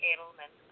Edelman